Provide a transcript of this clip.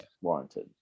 warranted